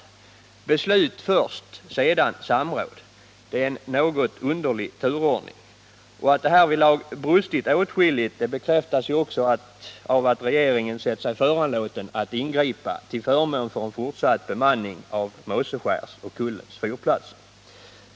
Beslut först, sedan samråd — det är en något underlig turordning. Att det härvidlag brustit åtskilligt bekräftas också av att regeringen sett sig föranlåten att ingripa till förmån för en fortsatt bemanning av Måseskärs och Kullens fyrplatser.